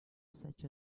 such